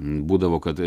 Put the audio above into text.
būdavo kad